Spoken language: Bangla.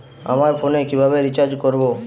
আমার ফোনে কিভাবে রিচার্জ করবো?